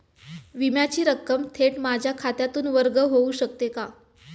विम्याची रक्कम थेट माझ्या खात्यातून वर्ग होऊ शकते का?